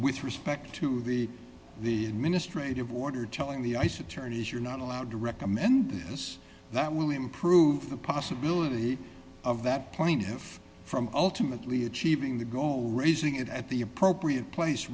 with respect to the the ministry of water telling the ice attorneys you're not allowed to recommend this that will improve the possibility of that point from ultimately achieving the goal raising it at the appropriate place